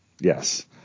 Yes